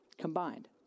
Combined